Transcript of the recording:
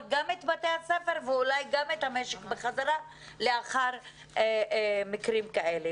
את בתי הספר ואת המשק לאחר מקרים כאלה.